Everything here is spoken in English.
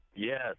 Yes